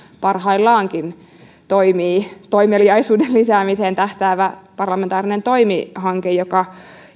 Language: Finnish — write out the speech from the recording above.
parhaillaankin toimii toimeliaisuuden lisäämiseen tähtäävä parlamentaarinen hanke